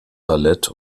ballett